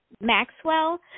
Maxwell